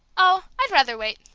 oh, i'd rather wait.